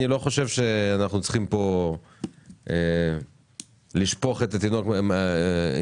אני לא חושב שאנחנו צריכים פה לשפוך את התינוק עם המים.